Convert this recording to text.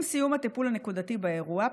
עם סיום הטיפול הנקודתי באירוע,